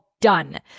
Done